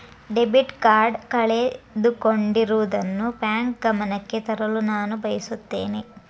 debit card ಕಳೆದುಕೊಂಡಿರುವುದನ್ನು bank ಗಮನಕ್ಕೆ ತರಲು ನಾನು ಬಯಸುತ್ತೇನೆ